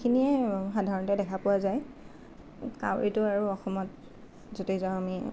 এইখিনিয়ে আৰু সাধাৰণতে দেখা পোৱা যায় কাউৰীটো আৰু অসমত য'তেই যাওঁ আমি